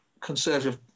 Conservative